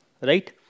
Right